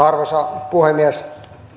arvoisa puhemies